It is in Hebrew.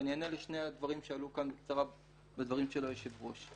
ואני אענה לשני דברים שעלו כאן בקצרה בדברים של היושב ראש: